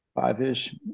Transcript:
five-ish